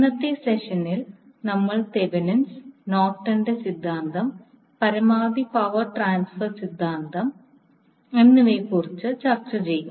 ഇന്നത്തെ സെഷനിൽ നമ്മൾ തെവെനിൻസ് Thevinin's നോർട്ടന്റെ Norton's സിദ്ധാന്തം പരമാവധി പവർ ട്രാൻസ്ഫർ സിദ്ധാന്തം എന്നിവയെക്കുറിച്ച് ചർച്ച ചെയ്യും